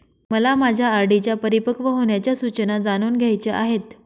मला माझ्या आर.डी च्या परिपक्व होण्याच्या सूचना जाणून घ्यायच्या आहेत